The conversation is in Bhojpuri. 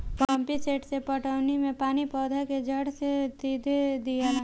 पम्पीसेट से पटौनी मे पानी पौधा के जड़ मे सीधे दियाला